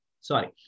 Sorry